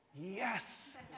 Yes